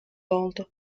oldu